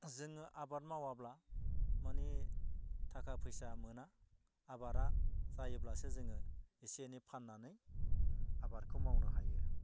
जोङो आबाद मावाब्ला माने थाखा फैसा मोना आबादा जायोब्लासो जोङो इसे इनै फाननानै आबादखौ मावनो हायो